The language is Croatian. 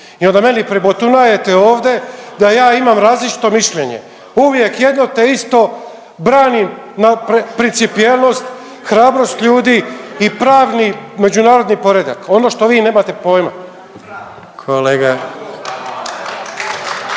I onda meni pribotunajete ovdje da ja imam različito mišljenje. Uvijek jedno te sito, branim ma principijelnost, hrabrost ljudi i pravni međunarodni poredak. Ono što vi nemate pojma.